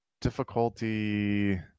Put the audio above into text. difficulty